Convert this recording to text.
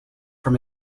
from